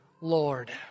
Lord